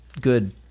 good